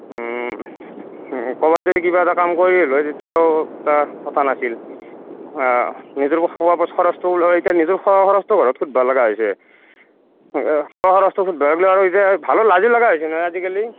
ক'ৰবাত যদি কিবা এটা কাম কৰিয়ে লয় তেতিয়াও তাৰ কথা নাছিল নিজৰ খোৱা খৰচটো ওলাই এতিয়া নিজৰ খোৱা খৰচটোও ঘৰত সুধিব লগা হৈছে খোৱা খৰচটো সুধিব গ'লে আৰু এতিয়া ভালো লাজো লাগা হৈছে না আজিকালি